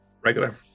Regular